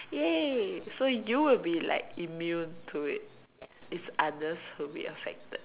!yay! so you will be like immune to it if others would be affected